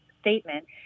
statement